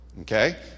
Okay